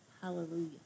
Hallelujah